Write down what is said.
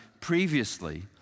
previously